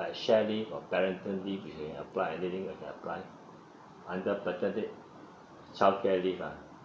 like shared leave or parental leave you can apply anything you can apply under paterni~ childcare leave ah